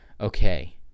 okay